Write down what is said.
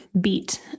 beat